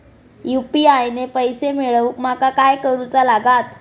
UPI ने पैशे मिळवूक माका काय करूचा लागात?